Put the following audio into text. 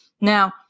now